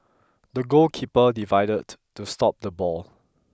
the goalkeeper divided to stop the ball